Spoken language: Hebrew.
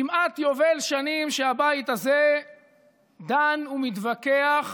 כמעט יובל שנים שהבית הזה דן ומתווכח